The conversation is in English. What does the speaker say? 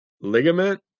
Ligament